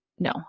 No